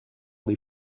des